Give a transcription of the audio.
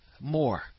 more